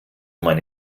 meine